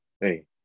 hey